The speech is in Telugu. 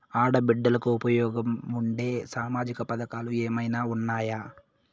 ఆడ బిడ్డలకు ఉపయోగం ఉండే సామాజిక పథకాలు ఏమైనా ఉన్నాయా?